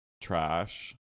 trash